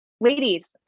ladies